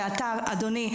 ואתה אדוני,